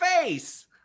face